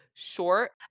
Short